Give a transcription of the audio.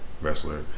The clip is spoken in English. wrestler